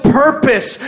purpose